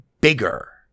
bigger